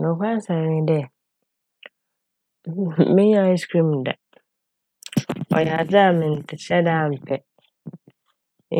Nokwar asɛm nye dɛ mennyɛ "ice cream" da. Ɔyɛ adze a mennhyɛ da mmpɛ